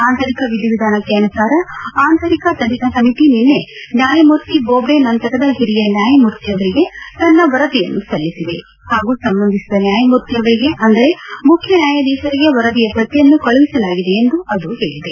ಆಂತರಿಕ ವಿಧಿವಿಧಾನಕ್ಕೆ ಅನುಸಾರ ಆಂತರಿಕ ತನಿಖಾ ಸಮಿತಿ ನಿನ್ನೆ ನ್ಯಾಯಮೂರ್ತಿ ಬೋಬ್ಡೆ ನಂತರದ ಹಿರಿಯ ನ್ಯಾಯಮೂರ್ತಿ ಅವರಿಗೆ ತನ್ನ ವರದಿಯನ್ನು ಸಲ್ಲಿಸಿದೆ ಹಾಗೂ ಸಂಬಂಧಿಸಿದ ನ್ಯಾಯಮೂರ್ತಿ ಅವರಿಗೆ ಅಂದರೆ ಮುಖ್ಯ ನ್ಯಾಯಾಧೀಶರಿಗೆ ವರದಿಯ ಪ್ರತಿಯನ್ನು ಕಳುಹಿಸಲಾಗಿದೆ ಎಂದು ಅದು ಹೇಳಿದೆ